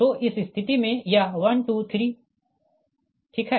तो इस स्थिति में यह 1 2 3 ठीक है